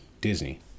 Disney